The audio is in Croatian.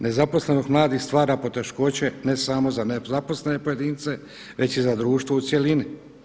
Nezaposlenost mladih stvara poteškoće ne samo za nezaposlene pojedince već i za društvo u cjelini.